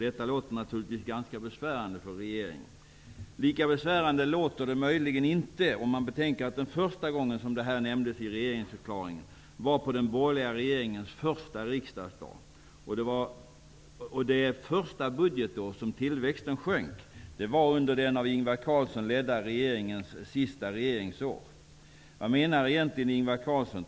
Det låter naturligtvis ganska besvärande för regeringen. Lika besvärande låter det möjligen inte om man betänker att det var på den borgerliga regeringens första riksdagsdag som detta första gången omnämndes i regeringsförklaringen. Det första budgetår som tillväxten sjönk var under den av Vad menar Ingvar Carlsson?